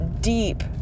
deep